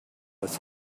was